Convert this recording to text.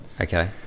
Okay